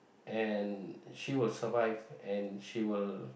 and she will survive and she will